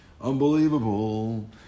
Unbelievable